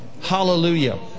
hallelujah